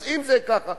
אם זה כך,